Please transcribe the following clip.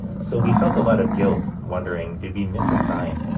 so we felt a lot of guilt, wondering did we miss a sign?